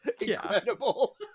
Incredible